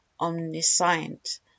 omniscient